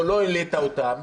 או לא העלית אותם,